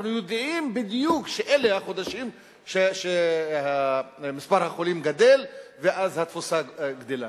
אנחנו יודעים בדיוק שאלה החודשים שבהם מספר החולים גדל ואז התפוסה גדלה.